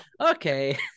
okay